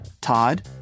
Todd